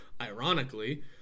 Ironically